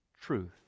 truth